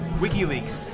WikiLeaks